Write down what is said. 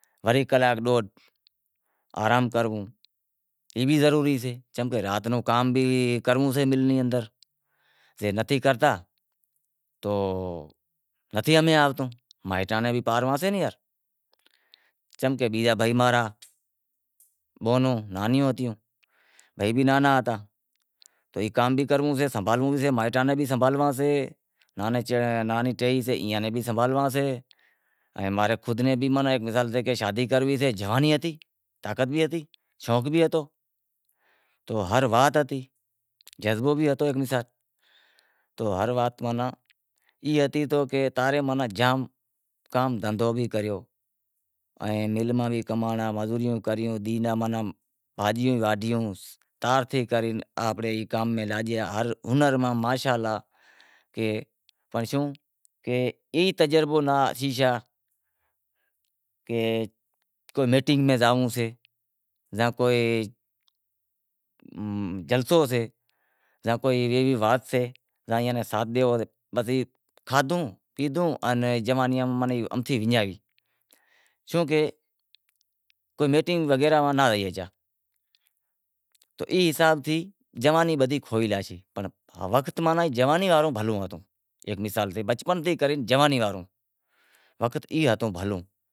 وری کلاک ڈوڈھ آرام کرنڑو، ای بھی ضروری سے، چمکہ رات روں کام بھی کرنڑو سے مل نیں اندر پسے نتھی کرتا تو نتھی امیں آوتو، چمکہ بیزا بھائی ماں را بیہنوں نانہیوں تھیوں، بھائی بھی نانہا ہتا تو ای بھی کام کرووں سے، سنبھالنڑو سے مائیٹاں نیں بھی سنبھالنڑا سے، ناہی ٹہی سے ایئاں نیں بھی سنبھالنڑو سے ماں رے خود نیں بھی مثال سے شادی کرنڑی سے، چم کہ جوانہ ہتی، طاقت بھی ہتی شوق بھی ہتو، تو ہر وات ہتی جذبو بھی ہتو ہیک مثال تو ہر وات ای ہتی ماناں کہ کام جام دہندہو کریو، مل میں کمانڑاں، دہندہو بھی کریو، بھاجیوں بھی واڈھیوں، آنپڑے کام میں لاگیا، ہر ہنر ں ماشا الا پنڑ ای تجربو نیں سیکھایا کہ کئی میٹنگ میں جانونڑوں سے، کوئی جلسو سے، بس کھادہوں پیتوں آن جوانی میں امتھی ونجانئی، شوں کہ کوئی میٹنگ وغیرا میں ناں جائی سگھیا تو ای حساب تھی جوانی بدہی کھوئی لاشی، وقت ماناں جوانی واڑو بھلو ہتو ہیک مثال سے بچپن تھیں لے کر جوانی واڑو وقت ای ہتو،